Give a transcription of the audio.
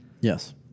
Yes